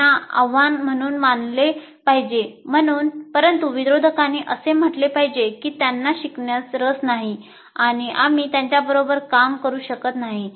त्यांना आव्हान म्हणून मानले पाहिजे परंतु विरोधकांनी असे म्हटले पाहिजे की त्यांना शिकण्यास रस नाही आणि आम्ही त्यांच्याबरोबर काम करू शकत नाही